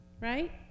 Right